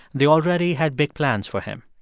they already had big plans for him.